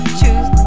choose